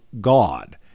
God